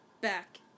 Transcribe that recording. back